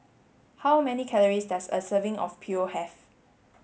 how many calories does a serving of Pho have